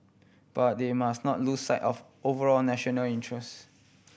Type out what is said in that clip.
but they must not lose sight of overall national interest